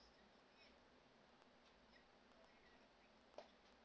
um